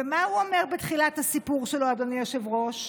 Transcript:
ומה הוא אומר בתחילת הסיפור שלו, אדוני היושב-ראש?